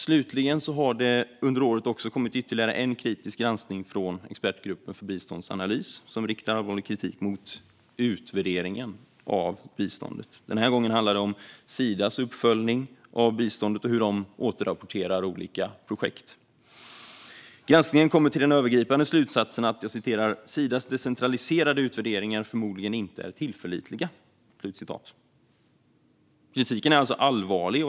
Slutligen har det under året kommit ytterligare en kritisk granskning från Expertgruppen för biståndsanalys, som riktar allvarlig kritik mot utvärderingen av biståndet. Denna gång handlar det om Sidas uppföljning av biståndet och hur de återrapporterar olika projekt. Granskningen kommer till den övergripande slutsatsen att "Sidas decentraliserade utvärderingar förmodligen inte är tillförlitliga". Kritiken är alltså allvarlig.